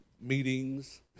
Meetings